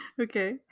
okay